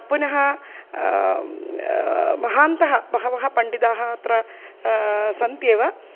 पुनः महान्तः बहवः पण्डिताः अत्र सन्ति एव